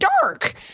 dark